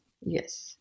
Yes